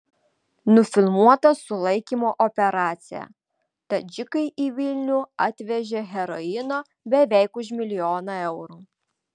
nufilmuota sulaikymo operacija tadžikai į vilnių atvežė heroino beveik už milijoną eurų